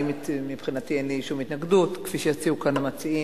מבחינתי אין שום התנגדות, כפי שיציעו כאן המציעים,